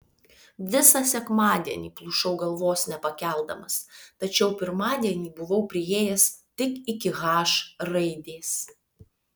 visą sekmadienį plušau galvos nepakeldamas tačiau pirmadienį buvau priėjęs tik iki h raidės